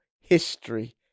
history